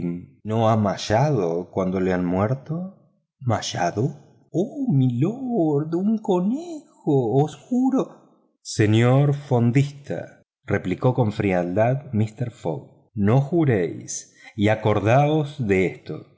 no ha maullado cuando lo han matado maullado oh mi lord un conejo os juro señor fondista replicó con frialdad mister fogg no juréis y acordaos de esto